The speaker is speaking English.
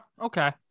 okay